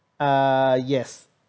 uh yes